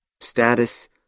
status